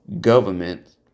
government